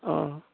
अ